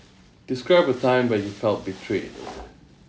describe a time when you felt betrayed